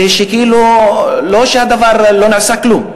ולא שלא נעשה כלום.